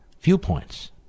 viewpoints